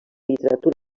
literatura